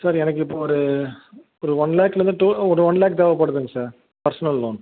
sir எனக்கு இப்போ ஒரு ஒரு ஒன் லேக்லேந்து டூ ஒரு ஒன் லேக் தேவைப்படுதுங்க சார் பர்ஸ்னல் லோன்